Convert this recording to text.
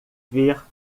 ver